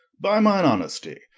by mine honesty,